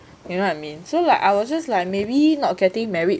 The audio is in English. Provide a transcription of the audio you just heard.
you know what I mean so like I was just like maybe not getting married